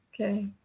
Okay